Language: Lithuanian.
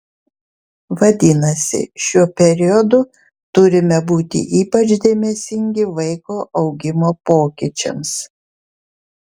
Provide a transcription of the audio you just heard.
vadinasi šiuo periodu turime būti ypač dėmesingi vaiko augimo pokyčiams